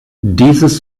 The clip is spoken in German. dieses